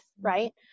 right